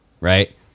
right